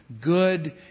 good